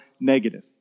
negative